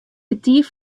kertier